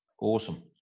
Awesome